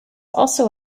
also